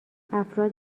افراد